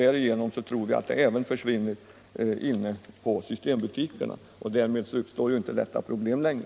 Därigenom tror vi att mellanölet försvinner även inne på systembutikerna, och då uppstår inte problemet längre.